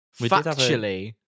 Factually